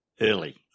early